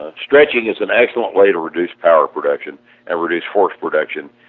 ah stretching is an excellent way to reduce power production and reduce force production,